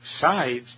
sides